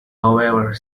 however